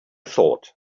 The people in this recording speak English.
thought